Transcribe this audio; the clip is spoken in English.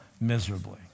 miserably